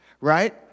Right